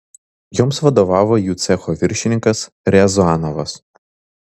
joms vadovavo jų cecho viršininkas riazanovas